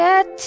Get